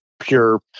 Pure